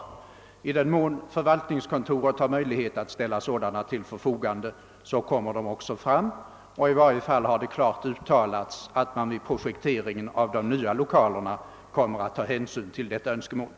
I den mån förvaltningskontoret har möjlighet därtill kommer sådana lokaler också att ställas till förfogande, och i varje fall har det klart uttalats att man vid projekteringen av de nya lokalerna för riksdagen kommer att ta hänsyn till önskemålet.